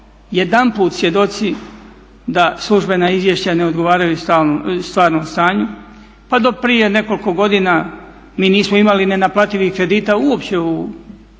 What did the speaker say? jedanput svjedoci da služben izvješća ne odgovaraju stvarnom stanju. Pa do prije nekoliko godina mi nismo imali nenaplativih kredita uopće u